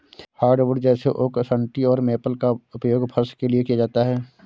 hardwood जैसे oak सन्टी और मेपल का उपयोग फर्श के लिए किया जाता है